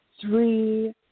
three